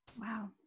Wow